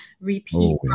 repeat